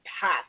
path